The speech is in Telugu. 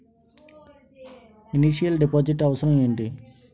ఇనిషియల్ డిపాజిట్ అవసరం ఏమిటి?